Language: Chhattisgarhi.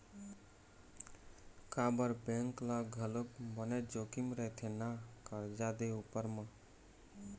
काबर बेंक ल घलोक बनेच जोखिम रहिथे ना करजा दे उपर म